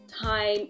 time